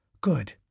Good